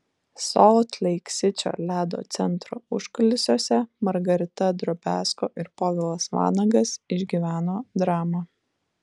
solt leik sičio ledo centro užkulisiuose margarita drobiazko ir povilas vanagas išgyveno dramą